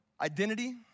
identity